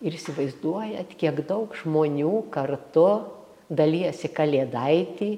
ir įsivaizduojat kiek daug žmonių kartu dalijasi kalėdaitį